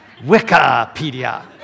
Wikipedia